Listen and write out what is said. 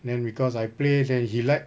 then because I play then he liked